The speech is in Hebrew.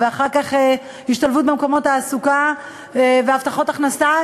ואחר כך ההשתלבות במקומות תעסוקה והבטחת ההכנסה,